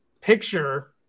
picture